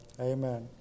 Amen